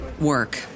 work